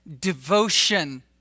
devotion